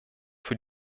für